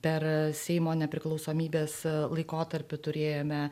per seimo nepriklausomybės laikotarpį turėjome